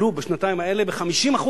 עלו בשנתיים האלה, ב-50%.